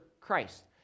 Christ